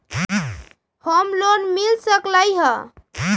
Home loan मिल सकलइ ह?